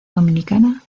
dominicana